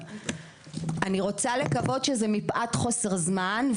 אני רוצה לקוות שזה מפאת חוסר זמן,